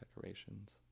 decorations